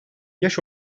yaş